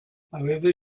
however